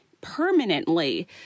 permanently